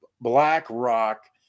BlackRock